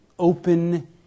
open